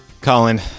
Colin